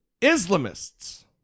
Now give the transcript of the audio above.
Islamists